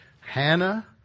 Hannah